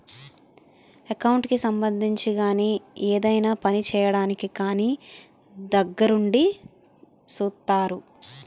account కి సంబంధించి గాని ఏదైనా పని చేయడానికి కానీ దగ్గరుండి సూత్తారు